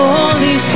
Holy